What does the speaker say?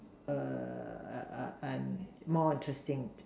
a a a a more interesting